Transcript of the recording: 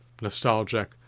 nostalgic